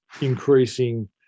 increasing